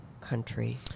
country